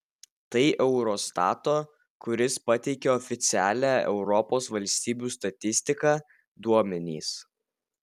tai eurostato kuris pateikia oficialią europos valstybių statistiką duomenys